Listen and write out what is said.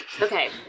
Okay